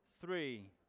three